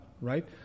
right